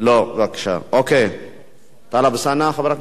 התשע"ב 2012, קריאה ראשונה.